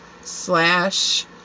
Slash